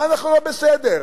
מה אנחנו לא בסדר?